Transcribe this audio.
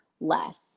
less